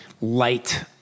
light